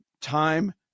time